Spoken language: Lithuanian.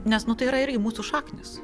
nes nu tai yra irgi mūsų šaknys